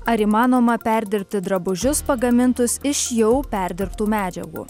ar įmanoma perdirbti drabužius pagamintus iš jau perdirbtų medžiagų